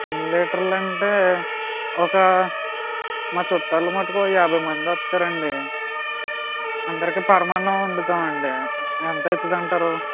ఎన్ని లీటర్లు అంటే ఒక మా చుట్టాలు మట్టుకు ఓ యాభై మంది వస్తారు అండి అందరికీ పరమాన్నం వండుతాము అండి ఎంత అవుతుంది అంటారు